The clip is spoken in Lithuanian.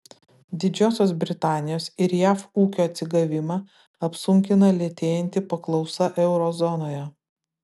didžiosios britanijos ir jav ūkio atsigavimą apsunkina lėtėjanti paklausa euro zonoje